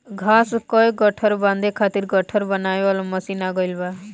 घाँस कअ गट्ठर बांधे खातिर गट्ठर बनावे वाली मशीन आ गइल बाटे